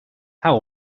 how